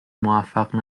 موفق